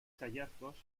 hallazgos